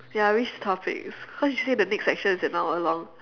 ya which topics cause you say the next section is an hour long